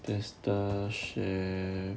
tesla share